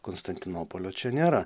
konstantinopolio čia nėra